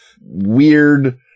weird